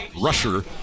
rusher